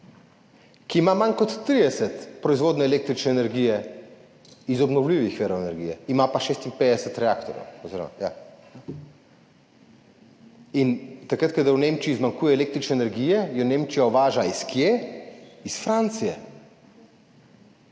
ki ima manj kot 30 % proizvodnje električne energije iz obnovljivih virov energije, ima pa 56 reaktorjev. Takrat, kadar v Nemčiji zmanjkuje električne energije, jo Nemčija uvaža. Od kod? Iz Francije.